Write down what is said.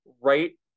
right